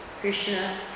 Krishna